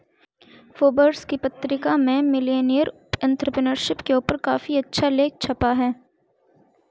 Forbes की पत्रिका में मिलेनियल एंटेरप्रेन्योरशिप के ऊपर काफी अच्छा लेख छपा है